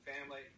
family